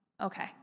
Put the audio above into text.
Okay